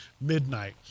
midnight